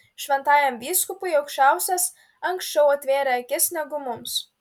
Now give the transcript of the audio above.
šventajam vyskupui aukščiausias anksčiau atvėrė akis negu mums